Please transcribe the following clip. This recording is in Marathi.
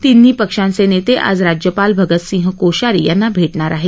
तिन्ही पक्षांचे नेते आज राज्यपाल भगतसिंग कोश्यारी यांना भेटणार आहेत